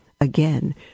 again